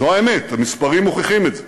זו האמת, המספרים מוכיחים את זה.